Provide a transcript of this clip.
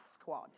Squad